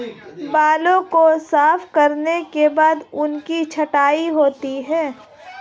बालों को साफ करने के बाद उनकी छँटाई होती है